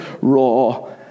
raw